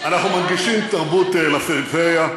אנחנו מנגישים תרבות לפריפריה,